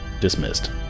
Dismissed